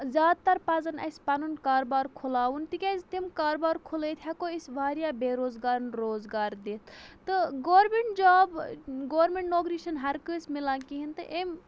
زیادٕ تَر پَزَن اَسہِ پَنُن کاربار کھُلاوُن تِکیٛازِ تِم کاربار کھُلٲیِتھ ہٮ۪کو أسۍ واریاہ بے روزگارَن روزگار دِتھ تہٕ گورمٮ۪نٛٹ جاب گورمٮ۪نٛٹ نوکری چھَنہٕ ہَر کٲنٛسہِ مِلان کِہیٖنۍ تہٕ اَمہِ